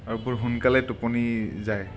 আৰু বৰ সোনকালে টোপনি যায়